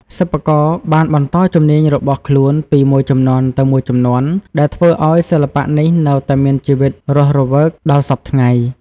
សិប្បករបានបន្តជំនាញរបស់ខ្លួនពីមួយជំនាន់ទៅមួយជំនាន់ ដែលធ្វើឱ្យសិល្បៈនេះនៅតែមានជីវិតរស់រវើកដល់សព្វថ្ងៃ។